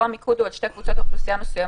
פה המיקוד הוא על שתי קבוצות אוכלוסייה מסוימות.